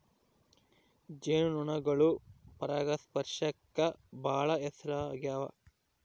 ಜೇನು ನೊಣಗಳು ಪರಾಗಸ್ಪರ್ಶಕ್ಕ ಬಾಳ ಹೆಸರಾಗ್ಯವ